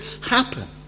happen